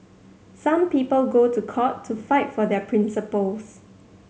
some people go to court to fight for their principles